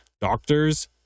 Doctors